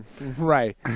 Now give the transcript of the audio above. right